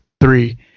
three